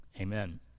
amen